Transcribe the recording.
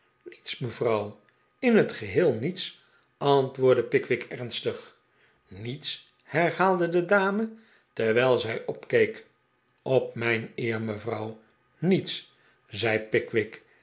niets mejuffrouw in het geheel niets antwoordde pickwick ernstig niets herhaalde de dame terwijl zij opkeek op mijn eer mejuffrouw niets zei pickwick